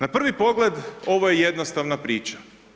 Na prvi pogled ovo je jednostavna priča.